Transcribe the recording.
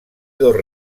dos